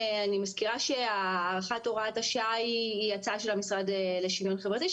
אני מזכירה שהארכת הוראת השעה היא הצעה של המשרד לשינוי חברתי,